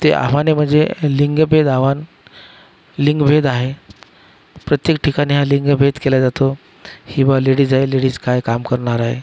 ते आव्हाने म्हणजे लिंगभेद आव्हान लिंगभेद आहे प्रत्येक ठिकाणी हा लिंगभेद केला जातो ही बा लेडीज आहे लेडीज काय काम करणार आहे